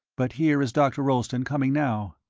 but here is dr. rolleston, coming now.